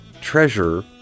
treasure